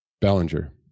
Bellinger